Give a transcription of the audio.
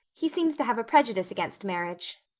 he seems to have a prejudice against marriage.